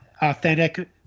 authentic